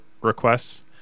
requests